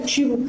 תקשיבו,